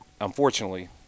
Unfortunately